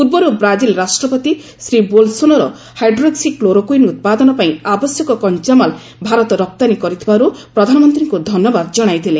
ପୂର୍ବରୁ ବ୍ରାଜିଲ ରାଷ୍ଟ୍ରପତି Shri Bolsonaro hydroxychloroquine ଉତ୍ପାଦନ ପାଇଁ ଆବଶ୍ୟକ କଞ୍ଚାମାଲ ଭାରତ ରପ୍ତାନୀ କରିଥିବାରୁ ପ୍ରଧାନମନ୍ତ୍ରୀଙ୍କୁ ଧନ୍ୟବାଦ ଜଣାଇଥିଲେ